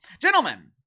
Gentlemen